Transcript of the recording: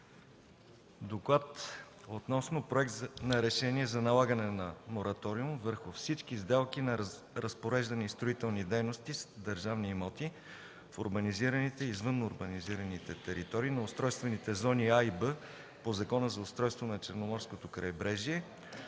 водите по Проекта за решение за налагане на мораториум върху всички сделки на разпореждане и строителни дейности с държавни имоти в урбанизираните и извън урбанизираните територии на устройствени зони „А” и „Б” по Закона за устройството на Черноморското крайбрежие,